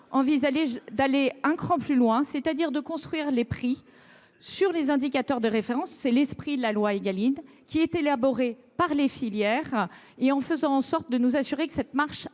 envisageons d’aller un cran plus loin, c’est à dire de construire les prix sur les indicateurs de référence – c’est l’esprit de la loi Égalim – qui sont élaborés par les filières, en faisant en sorte que cette construction « marche